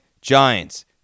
Giants